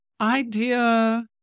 idea